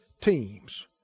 teams